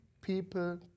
people